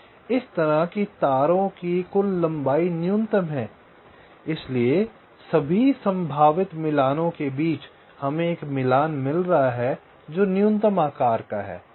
इस तरह कि तारों की कुल लंबाई न्यूनतम है इसलिए सभी संभावित मिलानों के बीच हमें एक मिलान मिल रहा है जो न्यूनतम आकार का है